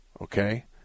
Okay